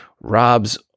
Rob's